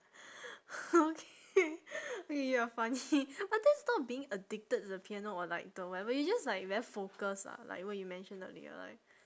okay okay you're funny but that's not being addicted to the piano or like to whatever you're just like very focused ah like what you mentioned earlier like